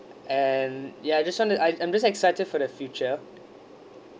and ya just want to I'm I'm just excited for the future